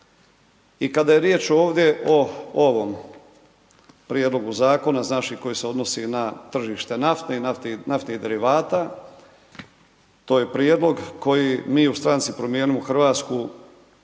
I kada je riječ ovdje o ovom prijedlogu zakona, znači koji se odnosi na tržište nafti i naftnih derivata, to je prijedlog koji mi u stranci Promijenimo Hrvatsku,